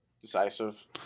decisive